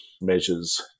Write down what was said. measures